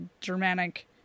germanic